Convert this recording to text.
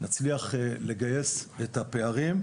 נצליח לגייס את הפערים,